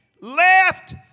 left